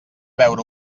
veure